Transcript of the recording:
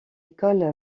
école